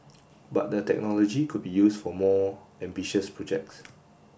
but the technology could be used for more ambitious projects